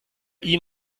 ihm